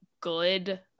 good